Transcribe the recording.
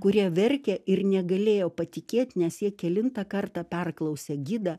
kurie verkė ir negalėjo patikėt nes jau kelintą kartą perklausė gidą